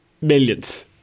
Millions